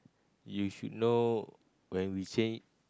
you should know when we change